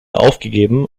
aufgegeben